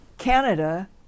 Canada